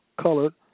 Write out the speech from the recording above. colored